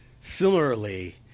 Similarly